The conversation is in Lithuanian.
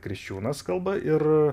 kriščiūnas kalba ir